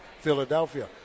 Philadelphia